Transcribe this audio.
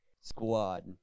squad